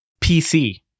PC